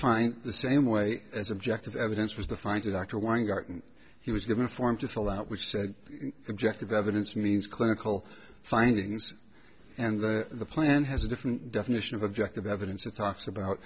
find the same way as objective evidence was the find a doctor weingarten he was given a form to fill out which said objective evidence means clinical findings and the plan has a different definition of objective evidence of talks about